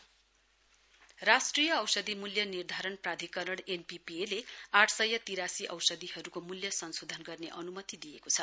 NPPA राष्ट्रिय औषधी मूल्य निर्धारण प्राधिकरण एनपीपीएले आठ सय तिरासी औषधीहरूको मूल्य संसोधन गर्ने अन्मति दिएको छ